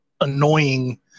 annoying